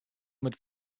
mit